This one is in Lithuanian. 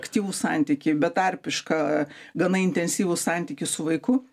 aktyvūs santykiai betarpiška gana intensyvūs santykiai su vaiku